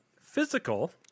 physical